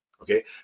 okay